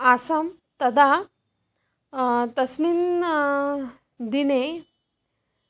आसं तदा तस्मिन् दिने